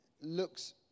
looks